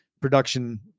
production